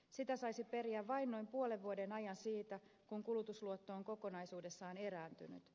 sitä saisi periä vain noin puolen vuoden ajan siitä kun kulutusluotto on kokonaisuudessaan erääntynyt